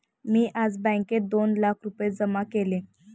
मी आज बँकेत दोन लाख रुपये जमा केले